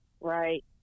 right